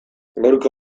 gaurko